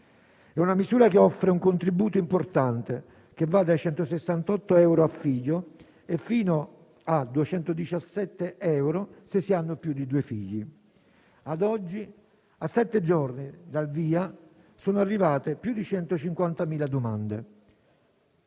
È una misura che offre un contributo importante, che va da 168 euro a figlio fino a 217, se ne hanno più di due. Ad oggi, a sette giorni dal via, sono arrivate più di 150.000 domande.